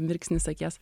mirksnis akies